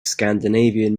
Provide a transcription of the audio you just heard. scandinavian